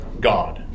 God